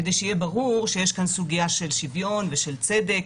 כדי שיהיה ברור שיש כאן סוגיה של שוויון ושל צדק.